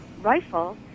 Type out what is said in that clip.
rifle